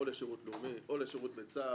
או לשירות לאומי או לשירות בצה"ל.